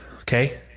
Okay